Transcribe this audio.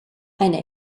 eine